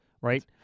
Right